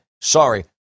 sorry